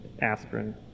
aspirin